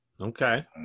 Okay